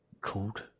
called